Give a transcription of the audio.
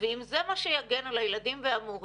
ואם זה מה שיגן על הילדים והמורים,